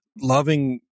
loving